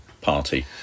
party